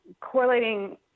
correlating